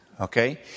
Okay